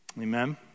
Amen